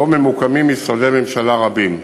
שבו ממוקמים משרדי ממשלה רבים.